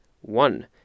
One